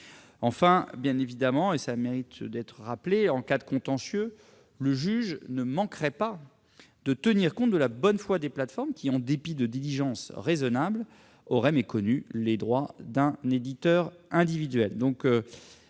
Enfin, bien évidemment- cela mérite d'être rappelé -, en cas de contentieux, le juge ne manquerait pas de tenir compte de la bonne foi des plateformes qui, en dépit de diligences raisonnables, auraient méconnu les droits d'un éditeur individuel.